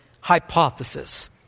hypothesis